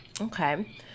Okay